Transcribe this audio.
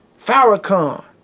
Farrakhan